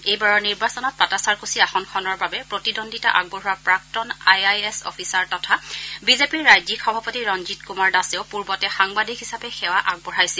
এইবাৰৰ নিৰ্বাচনত পাটাচাৰকুছি আসনখনৰ বাবে প্ৰতিদ্বন্দ্বিতা আগবঢ়োৱা প্ৰাক্তন আই আই এছ অফিচাৰ তথা বিজেপিৰ ৰাজ্যিক সভাপতি ৰঞ্জিত কুমাৰ দাসেও পুৰ্বতে সাংবাদিক হিচাপে সেৱা আগবঢ়াইছিল